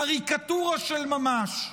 קריקטורה של ממש.